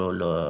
lo